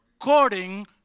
according